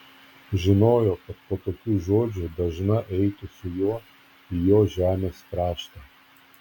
žinojo kad po tokių žodžių dažna eitų su juo į jo žemės kraštą